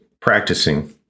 practicing